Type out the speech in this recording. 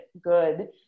good